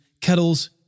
kettles